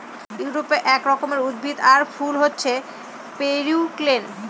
ইউরোপে এক রকমের উদ্ভিদ আর ফুল হছে পেরিউইঙ্কেল